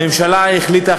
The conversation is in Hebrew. הממשלה החליטה,